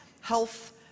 health